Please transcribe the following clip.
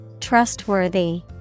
trustworthy